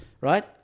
right